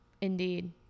Indeed